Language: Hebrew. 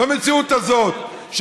במציאות הזאת,